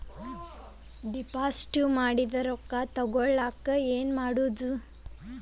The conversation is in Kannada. ಡಿಪಾಸಿಟ್ ಮಾಡಿದ ರೊಕ್ಕ ತಗೋಳಕ್ಕೆ ಏನು ಮಾಡೋದು?